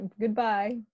goodbye